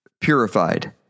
purified